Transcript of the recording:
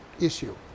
issue